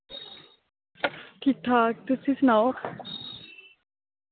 ठीक ठाक तुसी सनाओ